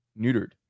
neutered